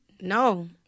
No